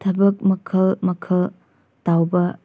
ꯊꯕꯛ ꯃꯈꯜ ꯃꯈꯜ ꯇꯧꯕ